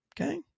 okay